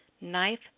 knife